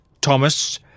Thomas